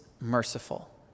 merciful